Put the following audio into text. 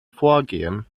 vorgehen